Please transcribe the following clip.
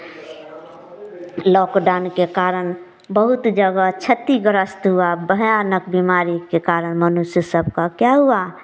lock down के कारण बहुत जगह छतिग्रस्त हुआ भयानक बीमारी के कारण मनुष्य सबका क्या हुआ